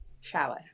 Shower